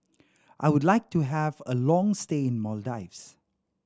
I would like to have a long stay in Maldives